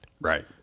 Right